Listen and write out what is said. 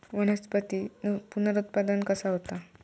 वनस्पतीत पुनरुत्पादन कसा होता?